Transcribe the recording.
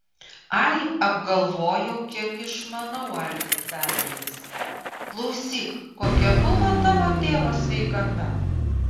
ai apgalvojau kiek išmanau algi tarė jis klausyk kokia buvo tavo tėvo sveikata